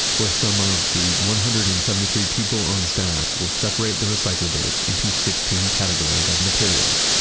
where some of the one hundred and seventy three people on staff will separate the recyclables into sixteen categories of materials,